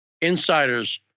insiders